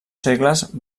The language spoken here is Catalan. segles